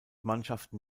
mannschaften